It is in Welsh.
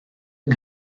yng